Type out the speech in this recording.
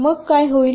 मग काय होईल